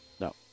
No